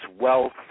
wealth